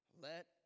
Let